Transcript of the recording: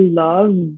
love